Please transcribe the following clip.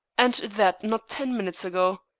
and that not ten minutes ago.